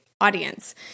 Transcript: audience